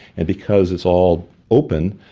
and because it's all open,